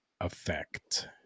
effect